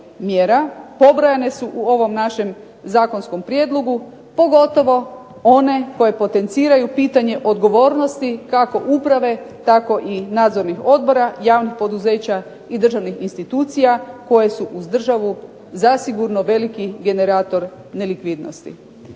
pobrojane su u ovom našem zakonskom prijedlogu pogotovo one koje potenciraju pitanje odgovornosti kako uprave tako i nadzornih odbora javnih poduzeća i državnih institucija koje su uz državu zasigurno veliki generator nelikvidnosti.